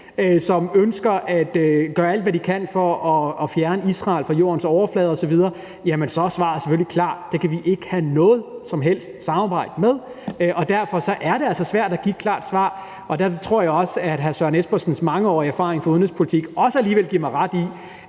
de ønsker at gøre alt, hvad de kan, for at fjerne Israel fra jordens overflade osv. – så er svaret selvfølgelig klart: Det kan vi ikke have noget som helst samarbejde med. Og derfor er det altså svært at give et klart svar, og der tror jeg også, at hr. Søren Espersen med sin mangeårige erfaring med udenrigspolitik alligevel giver mig ret i,